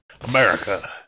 America